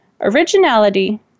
originality